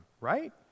right